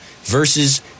versus